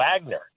wagner